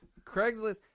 Craigslist